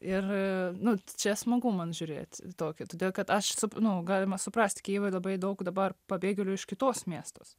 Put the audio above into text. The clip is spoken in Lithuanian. ir nu čia smagu man žiūrėti tokį todėl kad aš nu galima suprast kijeve labai daug dabar pabėgėlių iš kitos miestas